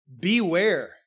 Beware